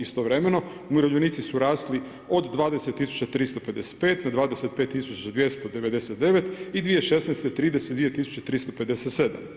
Istovremeno umirovljenici su rasli od 20355 na 25299 i 2016. 32357.